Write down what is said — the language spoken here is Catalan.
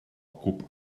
cup